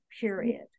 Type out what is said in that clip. period